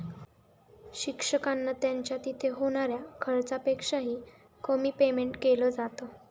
शिक्षकांना त्यांच्या तिथे होणाऱ्या खर्चापेक्षा ही, कमी पेमेंट केलं जात